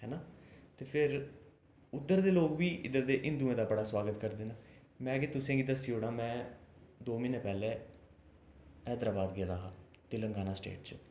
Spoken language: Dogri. ते फ्ही उद्धर दे लोक बी इद्धर दे हिंदुएं दा बड़ा सुआगत करदे न में गै तुसें गी दस्सी ओड़ां में दो म्हीनें पैहलें हैदराबाद गेदा हा तेलंगाना स्टेट च